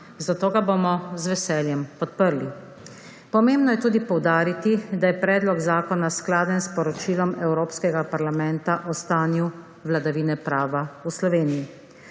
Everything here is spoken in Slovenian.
zato ga bomo z veseljem podprli. Pomembno je tudi poudariti, da je predlog zakona skladen s poročilom Evropskega parlamenta o stanju vladavine prava v Sloveniji.